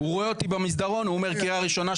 הוא רואה אותי במסדרון הוא אומר "קריאה ראשונה,